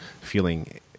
feeling